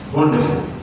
Wonderful